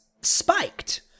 spiked